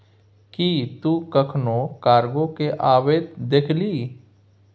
कि तु कखनहुँ कार्गो केँ अबैत देखलिही?